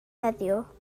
heddiw